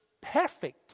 perfect